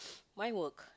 my work